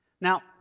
Now